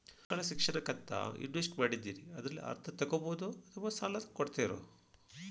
ಮಕ್ಕಳ ಶಿಕ್ಷಣಕ್ಕಂತ ಇನ್ವೆಸ್ಟ್ ಮಾಡಿದ್ದಿರಿ ಅದರಲ್ಲಿ ಅರ್ಧ ತೊಗೋಬಹುದೊ ಅಥವಾ ಸಾಲ ಕೊಡ್ತೇರೊ?